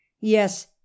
Yes